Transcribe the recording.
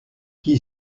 qui